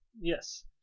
yes